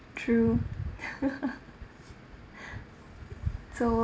true so